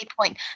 point